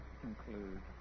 conclude